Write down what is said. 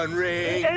ring